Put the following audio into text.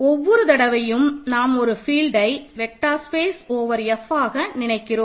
ஒவ்வொரு தடவையும் நாம் ஒரு பெரிய ஃபீல்ட்டை வெக்டர் ஸ்பேஸ் ஓவர் F ஆக நினைக்கிறோம்